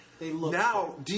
Now